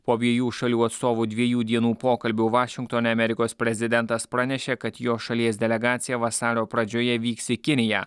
po abiejų šalių atstovų dviejų dienų pokalbių vašingtone amerikos prezidentas pranešė kad jo šalies delegacija vasario pradžioje vyks į kiniją